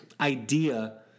idea